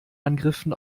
angriffen